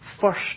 first